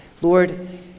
Lord